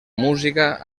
música